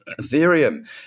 Ethereum